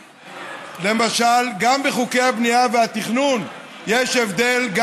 גם בחוקי הבנייה והתכנון יש הבדל,